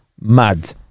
mad